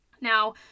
Now